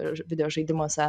ir videožaidimuose